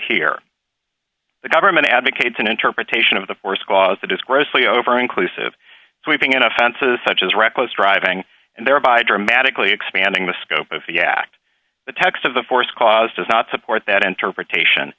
here the government advocates an interpretation of the force cause the disgracefully over inclusive sweeping in offenses such as reckless driving and thereby dramatically expanding the scope of the act the text of the force cause does not support that interpretation